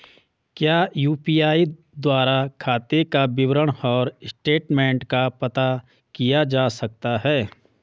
क्या यु.पी.आई द्वारा खाते का विवरण और स्टेटमेंट का पता किया जा सकता है?